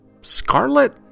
scarlet